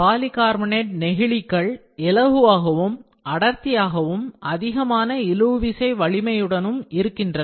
polycarbonate நெகிழிகள் இலகுவாகவும் அடர்த்தியாகவும் அதிகமான இழுவிசை வலிமையுடனும் இருக்கின்றன